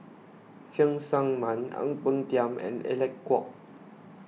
Cheng Tsang Man Ang Peng Tiam and Alec Kuok